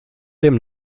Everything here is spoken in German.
dem